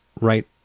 right